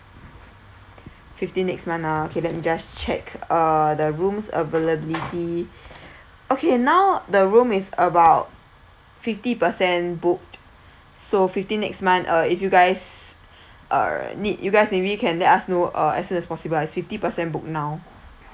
fifteenth next month ah okay let me just check uh the rooms availability okay now the room is about fifty percent booked so fifteenth next month uh if you guys uh needs you guys may be can let us know uh as as possible as fifty percent booked now